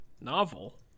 Novel